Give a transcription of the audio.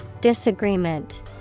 Disagreement